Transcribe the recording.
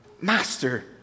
master